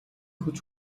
хүч